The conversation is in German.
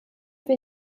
wir